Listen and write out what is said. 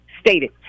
stated